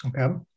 Okay